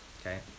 okay